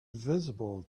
visible